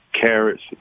carrots